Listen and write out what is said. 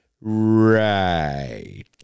right